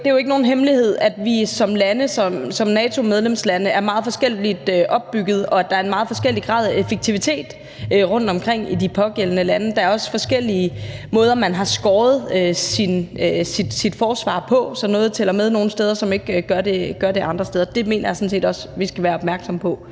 det er jo ikke nogen hemmelighed, at vi som NATO-medlemslande er meget forskelligt opbygget, og at der er en meget forskellig grad af effektivitet rundtomkring i de pågældende lande. Der er også forskellige måder, som man har skåret sit forsvar på, sådan at der er noget, der tæller med nogle steder, men som ikke gør det andre steder. Det mener jeg sådan set også at vi skal være opmærksomme på.